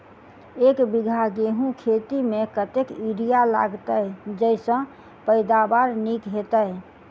एक बीघा गेंहूँ खेती मे कतेक यूरिया लागतै जयसँ पैदावार नीक हेतइ?